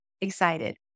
excited